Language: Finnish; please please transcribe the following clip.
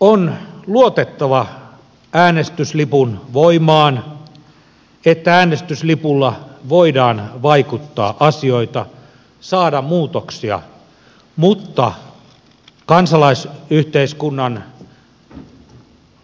on luotettava äänestyslipun voimaan että äänestyslipulla voidaan vaikuttaa asioihin saada muutoksia mutta kansalaisyhteiskunnan